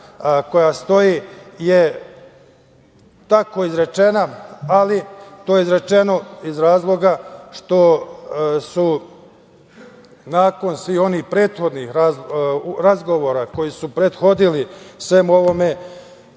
koja stoji, je tako izrečena, ali to je izrečeno iz razloga što su nakon svih onih prethodnih razgovora koji su prethodili svemu onome